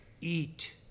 Eat